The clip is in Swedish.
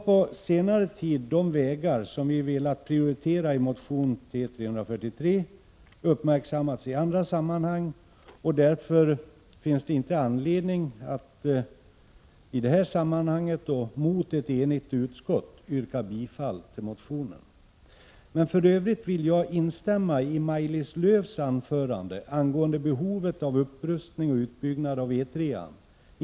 På senare tid har nu de vägar som vi velat prioritera i motion T343 uppmärksammats i andra sammanhang. Det finns därför inte anledning att i detta sammanhang och mot ett enigt utskott yrka bifall till motionen. För övrigt vill jag instämma i Maj-Lis Lööws anförande angående behovet av upprustning och utbyggnad av E 3:an, inte bara genom Södermanland Prot.